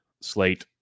slate